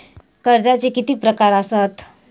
कर्जाचे किती प्रकार असात?